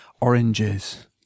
Oranges